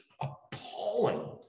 appalling